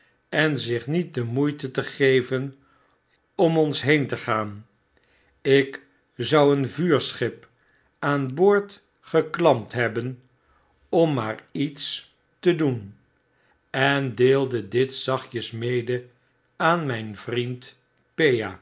en zich met de moeite te geven om ons heen te gaan ik zou een vuurschip aan boord geklampt hebben om maar iets te doen en deelde dit zachtjes mede aan mp vriend